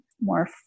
more